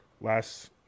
last